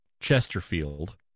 Chesterfield